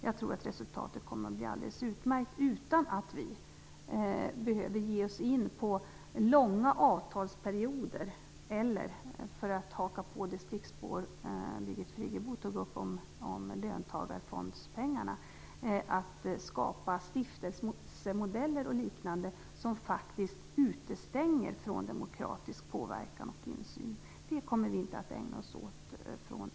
Jag tror att resultatet kommer att bli alldeles utmärkt utan att vi behöver ge oss in på långa avtalsperioder eller, för att haka på det stickspår som Birgit Friggebo tog upp om löntagarfondspengarna, skapa stiftelsemodeller och liknande som faktiskt utestänger från demokratisk påverkan och insyn. Det kommer vi socialdemokrater inte att ägna oss åt.